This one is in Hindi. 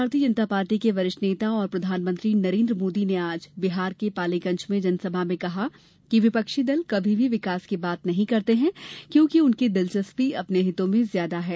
भारतीय जनता पार्टी के वरिष्ठ नेता और प्रधानमंत्री नरेन्द्र मोदी ने आज बिहार के पालीगंज में जनसभा में कहा कि विपक्षी दल कभी भी विकास की बात नहीं करते हैं क्योंकि उनकी दिलचस्पी अपने हितों में ज्यादा है